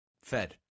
...fed